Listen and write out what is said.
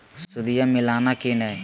सुदिया मिलाना की नय?